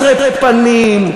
משרתי ציבור,